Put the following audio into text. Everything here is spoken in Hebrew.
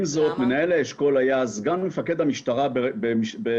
עם זאת, מנהל האשכול היה סגן מפקד המשטרה באילת.